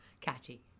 catchy